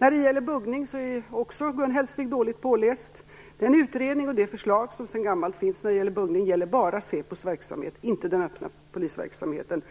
När det gäller buggning är Gun Hellsvik också dåligt påläst. Den utredning och det förslag som sedan gammalt finns när det gäller buggning gäller bara säpos verksamhet, inte den öppna polisverksamheten.